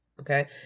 okay